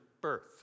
birth